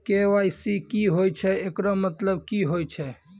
KYC की होय छै, एकरो मतलब की होय छै?